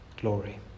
glory